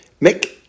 Mick